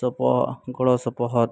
ᱥᱚᱯᱚᱦᱚ ᱜᱚᱲᱚᱥᱚᱯᱚᱦᱚᱫ